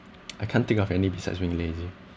I can't think of any besides being lazy